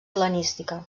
hel·lenística